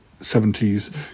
70s